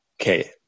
okay